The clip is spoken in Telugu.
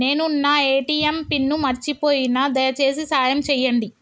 నేను నా ఏ.టీ.ఎం పిన్ను మర్చిపోయిన, దయచేసి సాయం చేయండి